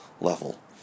level